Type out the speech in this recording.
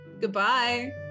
Goodbye